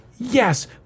Yes